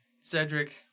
Cedric